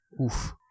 Oof